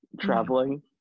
traveling